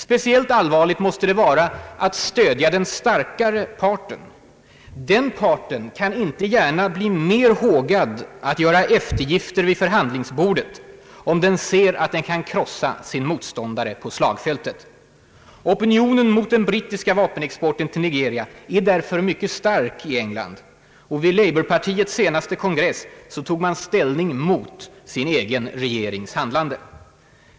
Speciellt allvarligt måste det vara att stödja den starkare parten. Den kan inte gärna bli mer hågad att göra eftergifter vid förhandlingsbordet, om den ser att den kan krossa sin motståndare på slagfältet. Opinionen mot den brittiska vapenexporten till Nigeria är därför mycket stark i England. Vid labourpartiets senaste kongress tog man ställning mot sin egen regerings handlande.